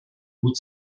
mut